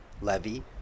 levy